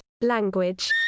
language